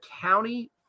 county